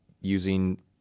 using